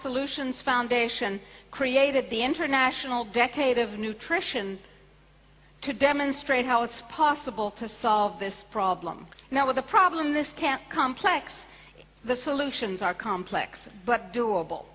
solutions foundation created the international decade of nutrition to demonstrate how it's possible to solve this problem now with a problem this can't complex the solutions are complex but doable